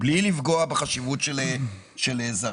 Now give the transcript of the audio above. בלי לפגוע בחשיבות של זרים,